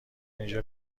اینجا